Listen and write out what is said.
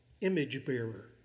image-bearer